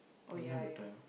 oh ya